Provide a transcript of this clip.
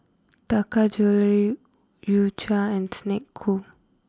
Taka Jewelry U Cha and Snek Ku